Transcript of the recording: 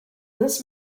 this